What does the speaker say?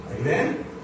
Amen